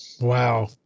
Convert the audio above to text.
Wow